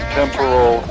temporal